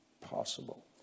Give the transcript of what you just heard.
possible